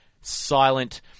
silent